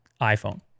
iPhone